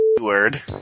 word